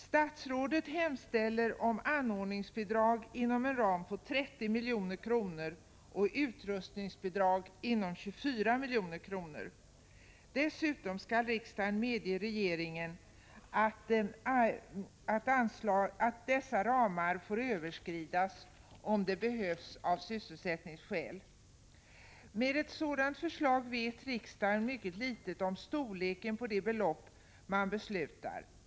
Statsrådet hemställer om anordningsbidrag inom en ram på 30 milj.kr. och utrustningsbidrag inom 24 milj.kr. Dessutom skall riksdagen medge regeringen att överskrida dessa ramar om det behövs av sysselsättningsskäl. Med ett sådant förslag vet riksdagen mycket litet om storleken på de belopp man beslutar om.